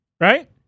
Right